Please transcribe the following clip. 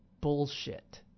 bullshit